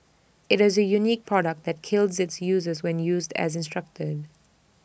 IT is A unique product that kills its user when used as instructed